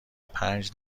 پنج